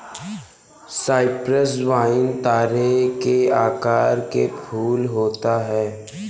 Cyprus vine तारे के आकार के फूल होता है